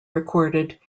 recorded